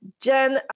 jen